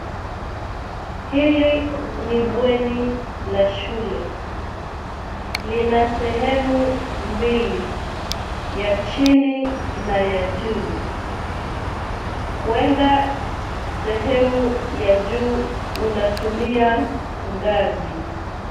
Hili ni bweni la shule. Lina sehemu mbili, ya chini na ya juu. Kuenda sehemu ya juu unatumia ngazi.